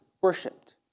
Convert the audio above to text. worshipped